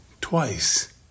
twice